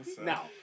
now